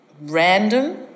random